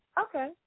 Okay